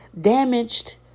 damaged